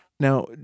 Now